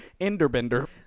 Enderbender